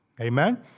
Amen